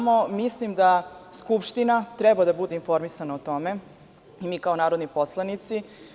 Mislim da Skupština treba da bude informisana o tome i mi kao narodni poslanici.